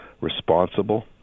responsible